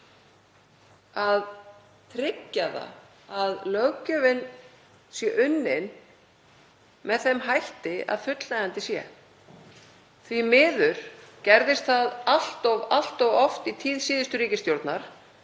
að tryggja það að löggjöfin séu unnin með þeim hætti að fullnægjandi sé. Því miður gerðist það allt of oft í tíð síðustu ríkisstjórnar,